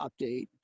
update